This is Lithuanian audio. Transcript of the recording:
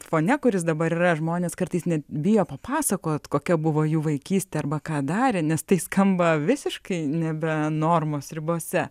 fone kuris dabar yra žmonės kartais net bijo papasakot kokia buvo jų vaikystė arba ką darė nes tai skamba visiškai nebe normos ribose